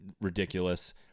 ridiculous